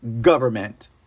government